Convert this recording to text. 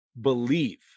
believe